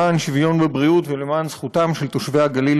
למען שוויון בבריאות ולמען זכותם של תושבי הגליל